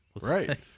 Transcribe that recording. Right